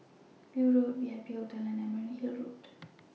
View Road V I P Hotel and Emerald Hill Road